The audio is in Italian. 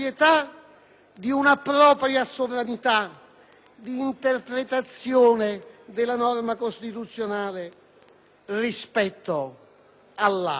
di interpretazione della norma costituzionale rispetto all'Aula? Ma che l'Assemblea